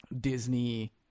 Disney